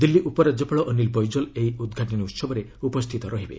ଦିଲ୍ଲୀ ଉପ ରାଜ୍ୟପାଳ ଅନିଲ ବୈକାଲ୍ ଏହି ଉଦ୍ଘାଟନୀ ଉତ୍ସବରେ ଉପସ୍ଥିତ ରହିବେ